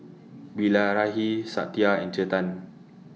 Bilahari Satya and Chetan